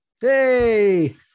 Hey